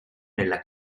nella